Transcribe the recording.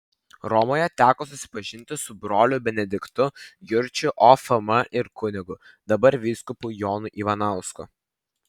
romoje teko susipažinti su broliu benediktu jurčiu ofm ir kunigu dabar vyskupu jonu ivanausku